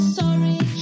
sorry